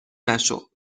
نشو